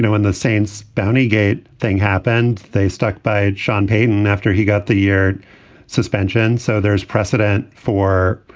when the saints bounty gate thing happened, they stuck by it. sean payton after he got the year suspension. so there's precedent for,